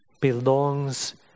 belongs